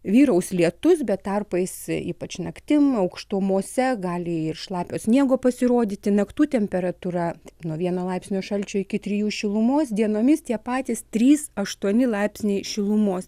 vyraus lietus bet tarpais ypač naktim aukštumose gali ir šlapio sniego pasirodyti naktų temperatūra nuo vieno laipsnio šalčio iki trijų šilumos dienomis tie patys trys aštuoni laipsniai šilumos